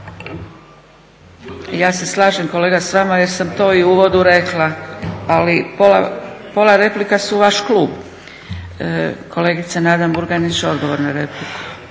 Ja se slažem kolega s vama jer sam to i u uvodu rekla, ali pola replika su vaš klub. Kolegica Nada Murganić odgovor na repliku.